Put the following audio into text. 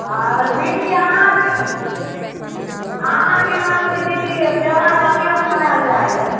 आओर दीदी अहाँ आरके हूँ अहाँ आरके गाँवमे तऽ दीदी त्यौहार बन्हियाँसँ मनायल जाइ हैय